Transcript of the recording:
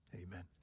amen